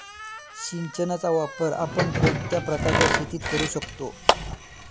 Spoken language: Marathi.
सिंचनाचा वापर आपण कोणत्या प्रकारच्या शेतीत करू शकतो?